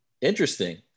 Interesting